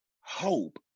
hope